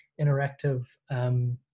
interactive